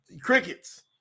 crickets